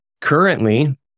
currently